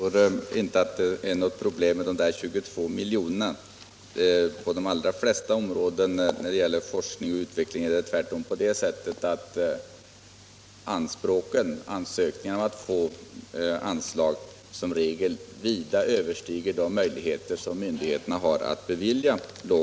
Herr talman! Jag tror inte att det är något problem med de 22 miljonerna. På de allra flesta områden som gäller forskning och utveckling är det tvärtom så att anspråken och ansökningarna om bidrag som regel vida överstiger vad myndigheterna har möjligheter att bevilja.